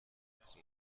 zum